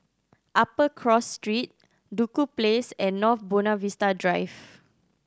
Upper Cross Street Duku Place and North Buona Vista Drive